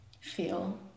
Feel